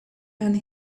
and